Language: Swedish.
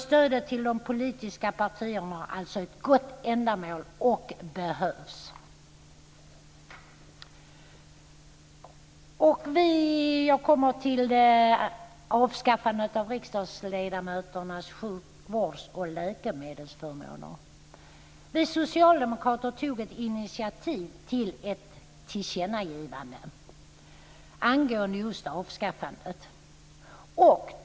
Stödet till de politiska partierna har alltså ett gott ändamål och behövs. Så till avskaffandet av riksdagsledamöternas sjukvårds och läkemedelsförmåner. Vi socialdemokrater tog initiativ till ett tillkännagivande angående just avskaffandet.